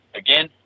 again